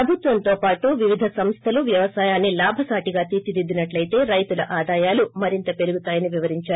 ప్రభుత్వంతో పాటు వివిధ సంస్వలు వ్యవసాయాన్ని లాభసాటిగా తీర్చిదిద్దినట్లెతే రైతుల ఆదాయాలు మరింత పెరుగుతాయని వివరించారు